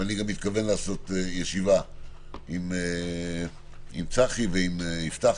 ואני גם מתכוון לעשות ישיבה עם צחי ועם יפתח,